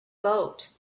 goat